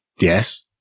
yes